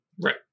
right